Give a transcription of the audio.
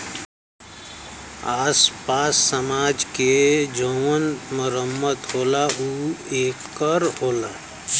आस पास समाज के जउन मरम्मत होला ऊ ए कर होला